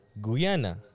Guyana